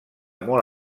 molt